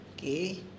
Okay